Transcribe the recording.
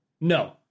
No